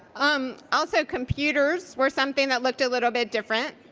um also computers were something that looked a little bit different.